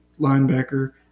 linebacker